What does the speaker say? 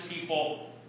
people